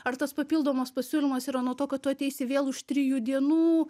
ar tas papildomas pasiūlymas yra nuo to kad tu ateisi vėl už trijų dienų